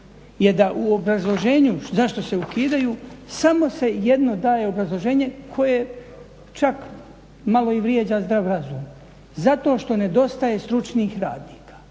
je da u obrazloženju zašto se ukidaju samo se jedno daje obrazloženje koje čak malo i vrijeđa zdrav razum. Zato što nedostaje stručnih radnika.